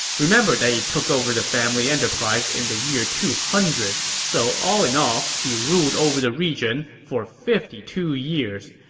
remember that he took over the family enterprise in the year two hundred, so in all, he ruled over the region for fifty two years,